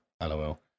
LOL